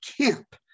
camp